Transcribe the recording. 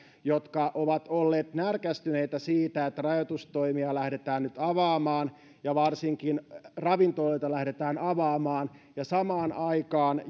jotka ovat olleet närkästyneitä siitä että rajoitustoimia lähdetään nyt avaamaan ja varsinkin ravintoloita lähdetään avaamaan ja samaan aikaan